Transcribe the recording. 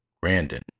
Brandon